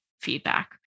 feedback